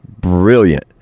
Brilliant